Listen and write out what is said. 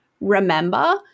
remember